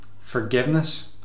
Forgiveness